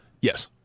Yes